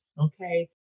okay